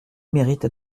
mérite